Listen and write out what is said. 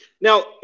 Now